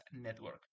network